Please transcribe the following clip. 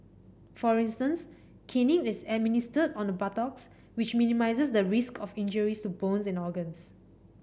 for instance caning is administered on the buttocks which minimises the risk of injuries to bones and organs